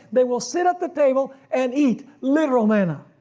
they will sit at the table and eat literal manna.